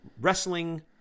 wrestling